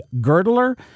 girdler